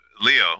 leo